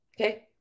Okay